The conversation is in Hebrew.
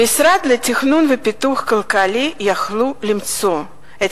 במשרד לתכנון ופיתוח כלכלי יכלו למצוא את